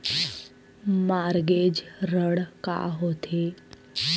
Mortgage ऋण का होथे?